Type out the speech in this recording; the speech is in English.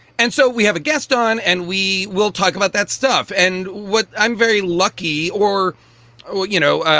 and so we have a guest on and we will talk about that stuff and what i'm very lucky or will you know,